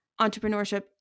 entrepreneurship